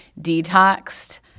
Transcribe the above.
detoxed